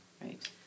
right